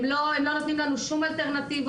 הם לא נותנים לנו שום אלטרנטיבות.